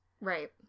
Right